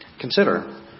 Consider